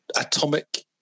Atomic